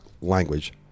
language